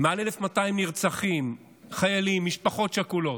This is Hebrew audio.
מעל 1,200 נרצחים, חיילים, משפחות שכולות,